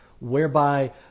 whereby